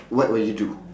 what would you do